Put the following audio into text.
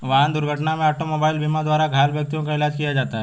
वाहन दुर्घटना में ऑटोमोबाइल बीमा द्वारा घायल व्यक्तियों का इलाज किया जाता है